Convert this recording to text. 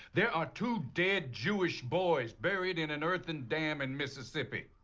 there are two dead jewish boys buried in an earthen dam in mississippi.